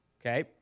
okay